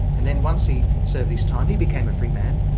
and then once he served his time, he became a free man.